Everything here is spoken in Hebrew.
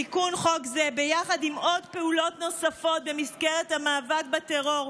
ביחד עם עוד פעולות נוספות במסגרת המאבק בטרור,